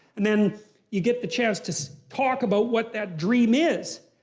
and then you get the chance to so talk about what that dream is.